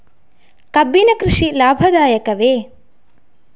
ಕಬ್ಬಿನ ಕೃಷಿ ಲಾಭದಾಯಕವೇ?